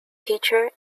teacher